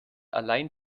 allein